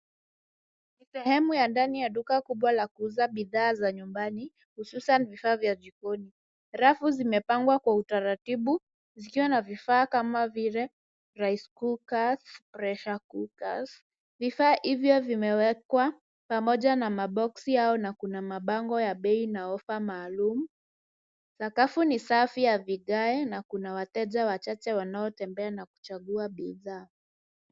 Sehemu ya ndani ya duka kubwa la kuuza bidhaa za nyumbani, hususan vifaa vya jikoni. Rafu zimepangwa kwa utaratibu zikiwa na vifaa kama vile rice cookers, pressure cookers na vifaa vingine vikiwa kwenye maboksi. Kakafu ni safi ya vigae; kuna mabango ya bei, ofa maalum, na wateja wachache wakichagua bidhaa